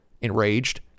Enraged